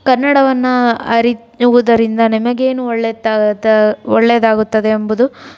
ಕನ್ನಡವನ್ನು ಅರಿಯುವುದರಿಂದ ನಿಮಗೇನು ಒಳ್ಳೆಯದಾಗುತ್ತದೆ ಎಂಬುದು